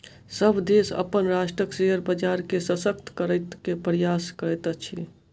सभ देश अपन राष्ट्रक शेयर बजार के शशक्त करै के प्रयास करैत अछि